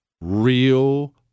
real